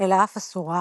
אלא אף אסורה,